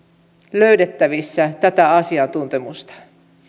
löydettävissä tätä asiantuntemusta